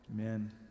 Amen